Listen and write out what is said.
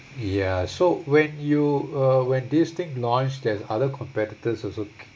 ya so when you uh when this thing launch there's other competitors also